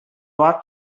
ought